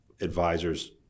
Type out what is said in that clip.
advisors